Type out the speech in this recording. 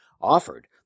offered